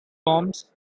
bombs